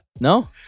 No